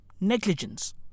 negligence